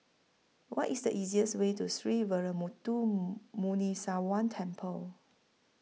What IS The easiest Way to Sree Veeramuthu Muneeswaran Temple